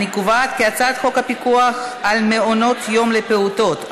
אני קובעת כי הצעת חוק הפיקוח על מעונות יום לפעוטות,